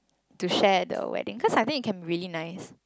to share the weding cause I think it can be really nice